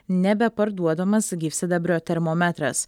nebeparduodamas gyvsidabrio termometras